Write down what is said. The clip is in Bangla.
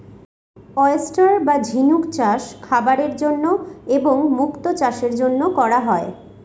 ওয়েস্টার বা ঝিনুক চাষ খাবারের জন্য এবং মুক্তো চাষের জন্য করা হয়